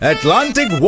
Atlantic